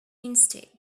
instead